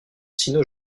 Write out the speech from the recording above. sino